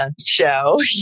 show